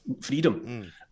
freedom